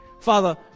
Father